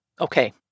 Okay